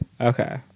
Okay